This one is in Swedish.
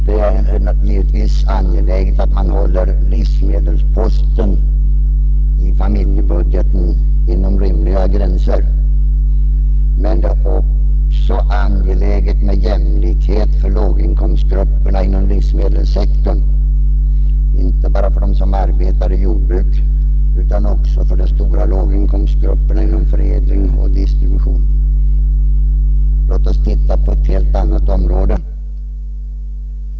Det är givetvis angeläget att hålla livsmedelsposten i familjebudgeten inom rimliga gränser, men det är också angeläget att uppnå jämlikhet för låginkomstgrupperna inom livsmedelssektorn — inte bara för dem som arbetar i jordbruket utan också för de stora låginkomstgrupperna inom förädling och distribution. Låt oss titta på ett helt annat område.